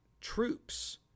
troops